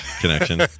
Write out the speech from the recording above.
connection